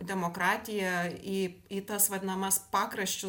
demokratiją į į tas vadinamas pakraščiu